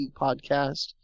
Podcast